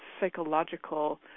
psychological